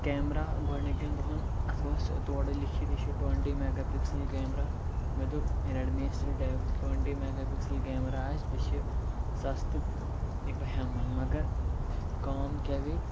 camera گۄڈنِکٮ۪ن دۄہَن اَتھ اوس تورٕ لیٖکھِتھ یہِ چھُ ٹُوَنٹی میگا پِکسَل کیمرا مےٚ دوٚپ ریٚڈمی یَس ٹُوَنٹی میگا پِکسَل کیمرا آسہِ بیٚیہِ چھِ سَستہٕ تہٕ یہِ بہٕ ہٮ۪من مگر کٲم کیٛاہ گٔے